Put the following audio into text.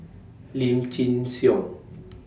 Lim Chin Siong